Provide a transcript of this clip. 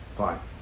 fine